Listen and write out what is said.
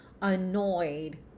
annoyed